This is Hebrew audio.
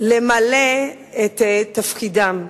למלא את תפקידם.